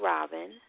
Robin